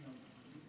אנחנו נמשיך